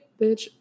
bitch